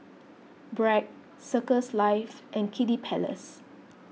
Bragg Circles Life and Kiddy Palace